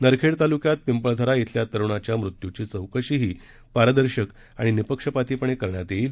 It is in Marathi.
नरखेड तालुक्यात पिंपळधरा इथल्या तरूणाच्या मृत्यूची चौकशी देखील पारदर्शक आणि निःपक्षपातीपणे करण्यात येईल